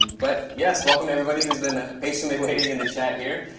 but, yes, welcome to everybody who's been patiently waiting in the chat here.